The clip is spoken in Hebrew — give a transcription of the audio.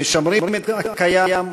המשמרים את הקיים,